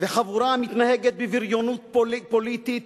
וחבורה המתנהגת בבריונות פוליטית